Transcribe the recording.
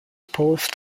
post